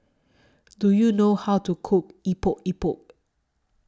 Do YOU know How to Cook Epok Epok